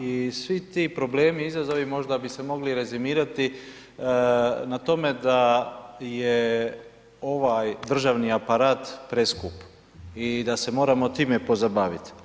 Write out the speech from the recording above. I svi ti problemi i izazovi možda bi se mogli rezimirati na tome da je ovaj državni aparat preskup i da se moramo time pozabaviti.